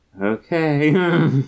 Okay